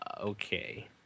okay